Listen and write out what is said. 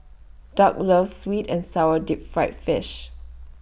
Doug loves Sweet and Sour Deep Fried Fish